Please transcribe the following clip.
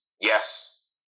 yes